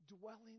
dwelling